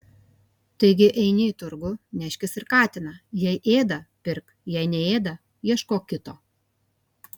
taigi eini į turgų neškis ir katiną jei ėda pirk jei neėda ieškok kito